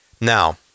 Now